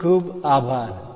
ખુબ ખુબ આભાર